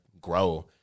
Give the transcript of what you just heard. grow